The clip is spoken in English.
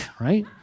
right